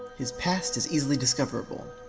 his past is easily discoverable,